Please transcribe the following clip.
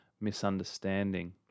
misunderstanding